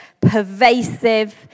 pervasive